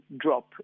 drop